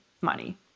money